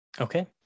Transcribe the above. Okay